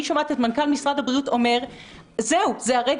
אני שומעת את מנכ"ל משרד הבריאות אומר שזה הרגע